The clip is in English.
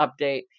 update